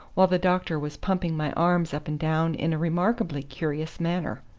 while the doctor was pumping my arms up and down in a remarkably curious manner.